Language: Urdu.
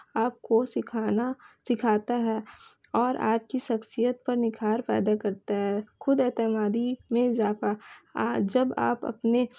آپ کو سکھانا سکھاتا ہے اور آپ کی شخصیت پر نکھار فائدہ کرتا ہے خود اعتمادی میں اضافہ جب آپ اپنے